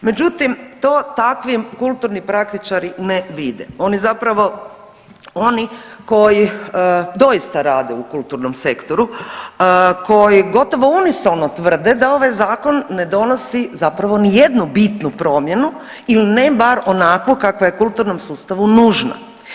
Međutim, to takvim kulturni praktičari ne vide, oni zapravo, oni koji doista rade u kulturnom sektoru, koji gotovo unisono tvrde da ovaj zakon ne donosi zapravo nijednu bitnu promjenu ili ne bar onakvu kakva je kulturnom sustavu nužna.